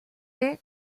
est